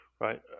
right